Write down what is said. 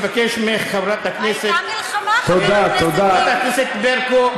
אני מבקש ממך, חברת הכנסת, חברת הכנסת ברקו.